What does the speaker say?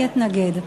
אני אתנגד,